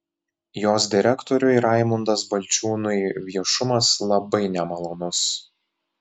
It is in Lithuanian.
jos direktoriui raimundas balčiūnui viešumas labai nemalonus